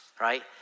right